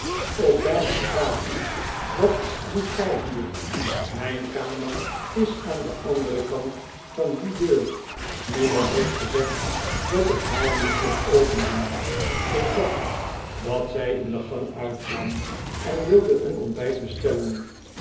ook bijna vragen wat doet g ij hier mijn kamer is aan den anderen kant van die deur niemand heeft gezegd dat ik haar niet mocht opendoen ik dacht dat zij in de gang uitkwam en wilde een ontbijt bestellen